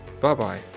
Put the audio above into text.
Bye-bye